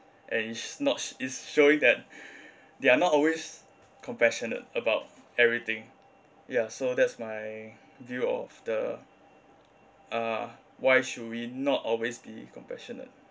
and is not is showing that they are not always compassionate about everything ya so that's my view of the ah why should we not always be compassionate